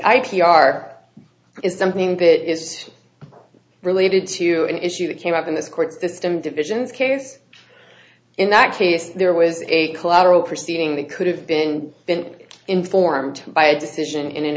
ip are is something that is related to an issue that came up in this court system divisions cares in that case there was a collateral proceeding that could have been been informed by a decision in an